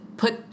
Put